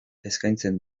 eskaintzen